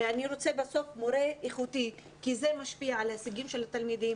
הרי אני רוצה בסוף מורה איכותי כי זה משפיע על ההישגים של התלמידים,